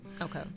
Okay